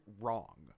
wrong